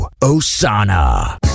Osana